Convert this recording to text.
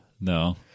no